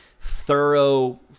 thorough